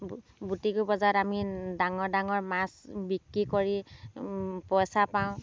বুটিকু বজাৰত আমি ডাঙৰ ডাঙৰ মাছ বিক্ৰী কৰি পইচা পাওঁ